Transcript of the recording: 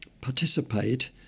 participate